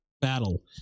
battle